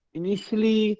initially